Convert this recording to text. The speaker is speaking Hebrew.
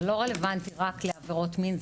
זה לא רלוונטי רק לעבירות מין,